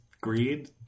greed